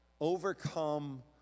Overcome